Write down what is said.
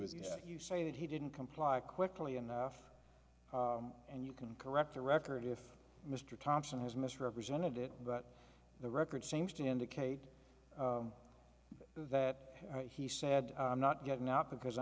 if you say that he didn't comply quickly enough and you can correct the record if mr thompson has misrepresented it but the record seems to indicate that he said i'm not getting up because i